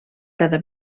cada